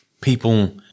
People